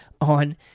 on